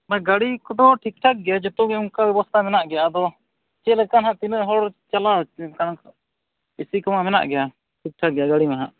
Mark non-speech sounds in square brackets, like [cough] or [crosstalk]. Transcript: ᱢᱟᱱᱮ ᱜᱟᱹᱲᱤ ᱠᱚᱫᱚ ᱴᱷᱤᱠᱴᱷᱟᱠ ᱜᱮᱭᱟ ᱡᱚᱛᱚᱜᱮ ᱚᱱᱠᱟ ᱵᱮᱵᱚᱥᱛᱷᱟ ᱢᱮᱱᱟᱜ ᱜᱮᱭᱟ ᱟᱫᱚ ᱪᱮᱫᱞᱮᱠᱟ ᱦᱟᱜ ᱛᱤᱱᱟᱹᱜ ᱦᱚᱲ ᱪᱟᱞᱟᱜ [unintelligible] ᱮ ᱥᱤᱼᱠᱚ ᱢᱟ ᱢᱮᱱᱟᱜ ᱜᱮᱭᱟ ᱴᱷᱤᱠᱴᱷᱟᱠ ᱜᱮᱭᱟ ᱜᱟᱹᱲᱤ ᱢᱟ ᱦᱟᱜ